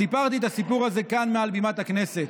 סיפרתי את הסיפור הזה כאן מעל בימת הכנסת.